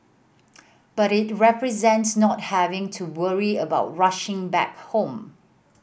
but it represented not having to worry about rushing back home